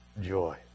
joy